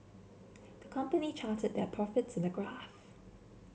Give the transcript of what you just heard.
the company charted their profits in the graph